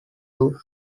loop